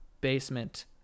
basement